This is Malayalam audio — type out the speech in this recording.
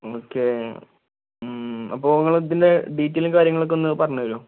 ഓക്കെ അപ്പോൾ നിങ്ങൾ ഇതിൻ്റെ ഡീറ്റെയിലും കാര്യങ്ങളും ഒക്കെ ഒന്ന് പറഞ്ഞ് തരുമോ